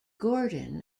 gordon